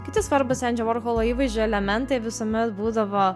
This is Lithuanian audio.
kiti svarbūs endžio vorholo įvaizdžio elementai visuomet būdavo